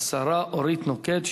השרה אורית נוקד,